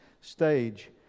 stage